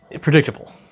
predictable